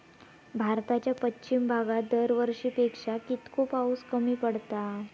भारताच्या पश्चिम भागात दरवर्षी पेक्षा कीतको पाऊस कमी पडता?